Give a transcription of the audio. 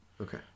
Okay